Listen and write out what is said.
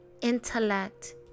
intellect